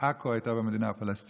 הפלסטינית, עכו הייתה במדינה הפלסטינית,